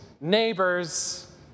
neighbors